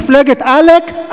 מפלגת על"ק,